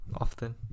often